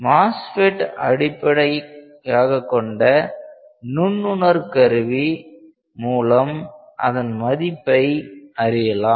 MOSFET அடிப்படையாகக்கொண்ட நுண்ணுணர் கருவி மூலம் அதன் மதிப்பை அறியலாம்